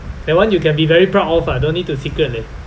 that one you can be very proud of ah don't need to secret leh